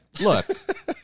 look